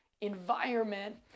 environment